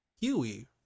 Huey